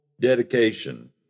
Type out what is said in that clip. dedication